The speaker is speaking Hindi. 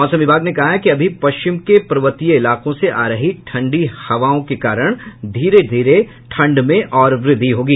मौसम विभाग ने कहा है कि अभी पश्चिम के पर्वतीय इलाकों से आ रही ठंडी हवाओं के कारण धीरे धीरे ठंड में और वृद्धि होगी